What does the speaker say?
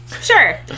Sure